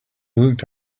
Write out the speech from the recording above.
looked